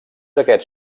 aquests